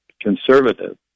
conservative